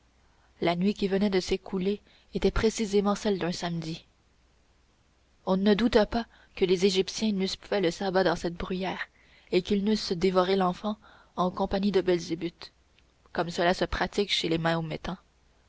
la nuit qui venait de s'écouler était précisément celle d'un samedi on ne douta plus que les égyptiens n'eussent fait le sabbat dans cette bruyère et qu'ils n'eussent dévoré l'enfant en compagnie de belzébuth comme cela se pratique chez les